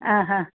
ಹಾಂ ಹಾಂ